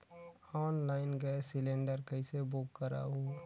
Online gas cylinder कइसे book करहु?